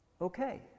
okay